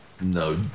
no